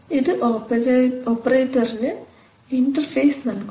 ഇത് ഓപ്പറേറ്റർന് ഇൻറർഫേസ് നൽകുന്നു